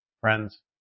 Friends